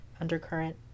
undercurrent